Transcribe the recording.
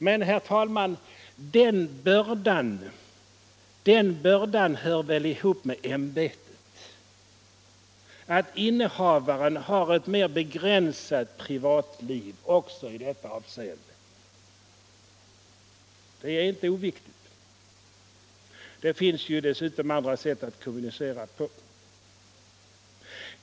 Men, herr talman, den bördan hör väl ihop med ämbetet, att innehavaren har ett mer begränsat privatliv också i detta avseende. Detta är inte oviktigt att ha i minnet. Sedan finns det flera sätt att kommunicera på.